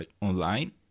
online